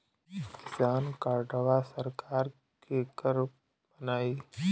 किसान कार्डवा सरकार केकर बनाई?